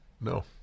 No